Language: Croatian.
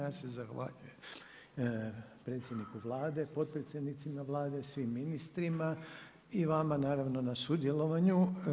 Ja se zahvaljujem predsjedniku Vlade, potpredsjednicima Vlade, svim ministrima i vama naravno na sudjelovanju.